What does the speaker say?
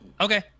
Okay